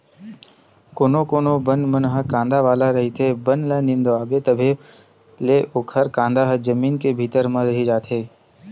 कोनो कोनो बन मन ह कांदा वाला रहिथे, बन ल निंदवाबे तभो ले ओखर कांदा ह जमीन के भीतरी म रहि जाथे